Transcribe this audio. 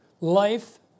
life